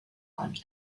und